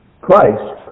Christ